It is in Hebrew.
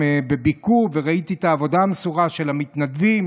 בביקור וראיתי את העבודה המסורה של המתנדבים,